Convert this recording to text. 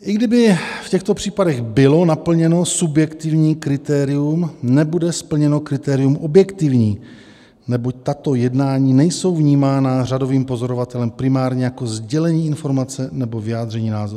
I kdyby v těchto případech bylo naplněno subjektivní kritérium, nebude splněno kritérium objektivní, neboť tato jednání nejsou vnímána řadovým pozorovatelem primárně jako sdělení informace nebo vyjádření názoru.